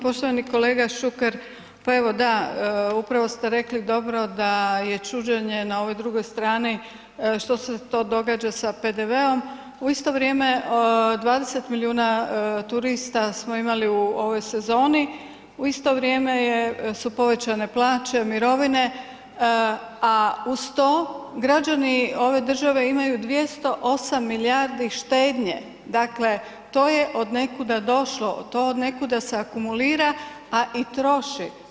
Poštovani kolega Šuker pa evo da upravo ste rekli dobro da je čuđenje na ovoj drugoj strani što se to događa sa PDV-om, u isto vrijeme 20 milijuna turista smo imali u ovoj sezoni, u isto vrijeme su povećane plaće, mirovine, a uz to građani ove države imaju 208 milijardi štednje, dakle to je od nekuda došlo, to od nekuda se akumulira, a i troši.